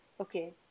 Okay